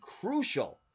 crucial